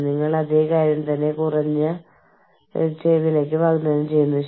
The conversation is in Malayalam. നഷ്ടപരിഹാരത്തിനും ആനുകൂല്യങ്ങൾക്കും വേണ്ടിയുള്ള സ്റ്റാൻഡേർഡ് ഫോർമാറ്റിംഗ് രാജ്യങ്ങൾ തോറും വ്യത്യാസപ്പെടുന്നു